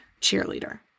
cheerleader